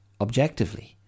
objectively